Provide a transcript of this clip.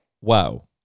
Wow